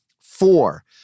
four